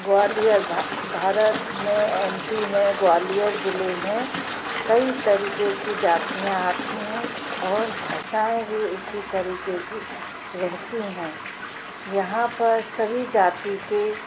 ग्वालियर भारत में M P में ग्वालियर ज़िले में कई तरीके की जातियाँ आती हैं और भाषाऍं भी उसी तरीके की रहती हैं यहाँ पर सभी जाति के